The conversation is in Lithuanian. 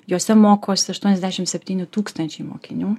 jose mokosi aštuoniasdešim septyni tūkstančiai mokinių